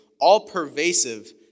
all-pervasive